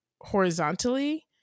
horizontally